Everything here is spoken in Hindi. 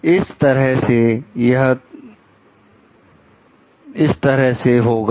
शो इस तरह से यह तरह से होगा